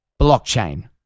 blockchain